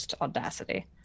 audacity